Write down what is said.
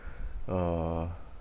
uh